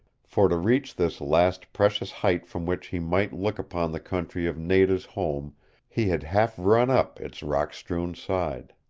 for to reach this last precious height from which he might look upon the country of nada's home he had half run up its rock-strewn side.